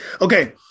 okay